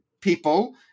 people